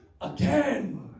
again